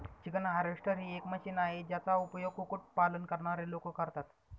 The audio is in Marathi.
चिकन हार्वेस्टर ही एक मशीन आहे, ज्याचा उपयोग कुक्कुट पालन करणारे लोक करतात